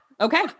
Okay